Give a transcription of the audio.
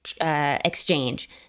exchange